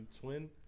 twin